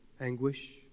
anguish